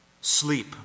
sleep